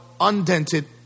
undented